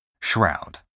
Shroud